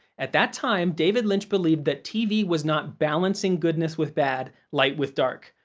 at that time, david lynch believed that tv was not balancing goodness with bad, light with dark.